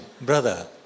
brother